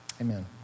Amen